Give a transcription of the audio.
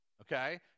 Okay